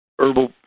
Herbal